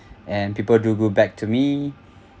and people do go back to me